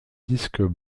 disques